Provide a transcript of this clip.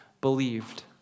believed